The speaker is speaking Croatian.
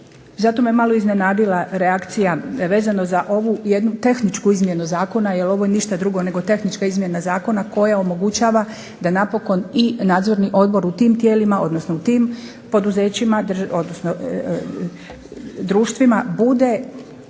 Zato me malo iznenadila reakcija vezano za ovu jednu tehničku izmjenu zakona jer ovo je ništa drugo nego tehnička izmjena zakona koja omogućava da napokon i nadzorni odbor u tim tijelima, odnosno u tim poduzećima, odnosno društvima bude